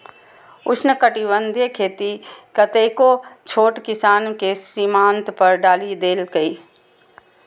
उष्णकटिबंधीय खेती कतेको छोट किसान कें सीमांत पर डालि देलकै